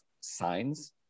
signs